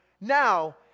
now